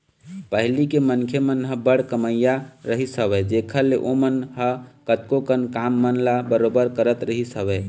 पहिली के मनखे मन ह बड़ कमइया रहिस हवय जेखर ले ओमन ह कतको कन काम मन ल बरोबर करत रहिस हवय